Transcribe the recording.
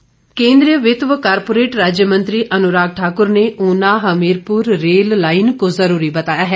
अनुराग ठाकुर केंद्रीय वित्त व कारपोरेट राज्य मंत्री अनुराग ठाकुर ने ऊना हमीरपुर रेल लाईन को जरूरी बताया है